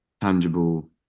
tangible